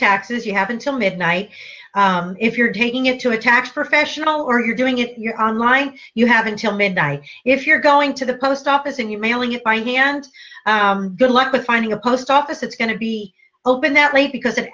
taxes you have until midnight if you're taking it to a tax professional or you're doing it you're on line you have until midnight if you're going to the post office and you mailing it by hand good luck with finding a post office it's going to be open that way because it